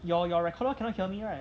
your your recorder cannot hear me right